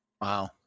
wow